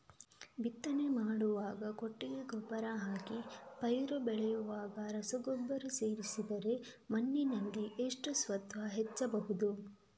ಬಿತ್ತನೆ ಮಾಡುವಾಗ ಕೊಟ್ಟಿಗೆ ಗೊಬ್ಬರ ಹಾಕಿ ಪೈರು ಬೆಳೆಯುವಾಗ ರಸಗೊಬ್ಬರ ಸೇರಿಸಿದರೆ ಮಣ್ಣಿನಲ್ಲಿ ಎಷ್ಟು ಸತ್ವ ಹೆಚ್ಚಬಹುದು?